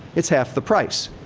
it's half the price.